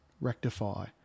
rectify